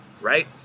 right